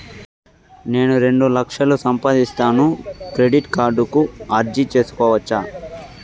నేను రెండు లక్షలు సంపాదిస్తాను, క్రెడిట్ కార్డుకు అర్జీ సేసుకోవచ్చా?